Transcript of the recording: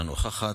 אינה נוכחת,